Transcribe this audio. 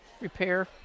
repair